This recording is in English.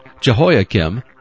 Jehoiakim